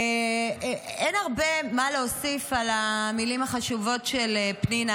אין הרבה מה להוסיף על המילים החשובות של פנינה